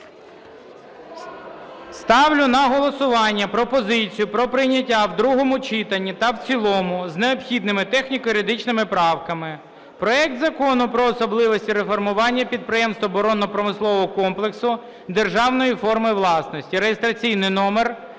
Ставлю на голосування пропозицію про прийняття в другому читанні та в цілому з необхідними техніко-юридичними правками проекту Закону про особливості реформування підприємств оборонно-промислового комплексу державної форми власності (реєстраційний номер